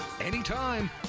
Anytime